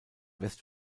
west